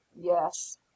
Yes